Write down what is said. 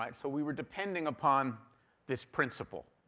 like so we were depending upon this principle.